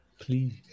Please